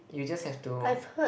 you just have to